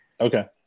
Okay